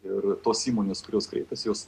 ir tos įmonės kurios kreipiasi jos